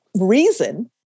reason